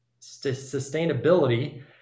sustainability